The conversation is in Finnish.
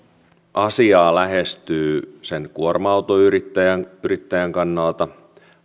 asiaa lähestyy sen kuorma autoyrittäjän kannalta